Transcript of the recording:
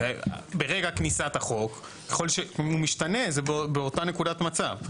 ברגע כניסת החוק, הוא משתנה, זה באותה נקודת מצב.